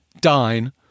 dine